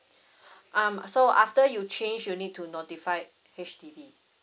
um so after you change you need to notify H_D_B